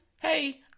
Hey